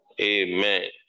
Amen